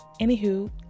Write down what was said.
Anywho